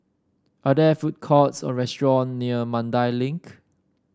are there food courts or restaurant near Mandai Link